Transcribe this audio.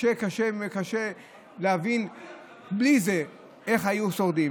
שקשה להבין איך בלי זה היו שורדים.